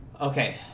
Okay